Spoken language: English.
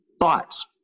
thoughts